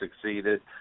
succeeded